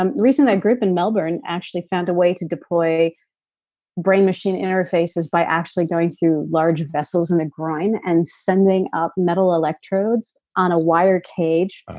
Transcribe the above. um recently, a group in melbourne actually found a way to deploy brain machine interfaces by actually going through large vessels in the groin and sending up metal electrodes on a wire cage,